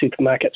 supermarkets